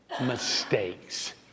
mistakes